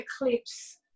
eclipse